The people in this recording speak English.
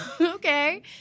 okay